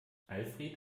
alfred